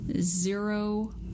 zero